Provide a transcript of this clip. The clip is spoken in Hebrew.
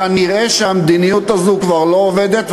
כנראה שהמדיניות הזאת כבר לא עובדת,